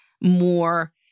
more